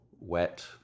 wet